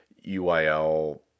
UIL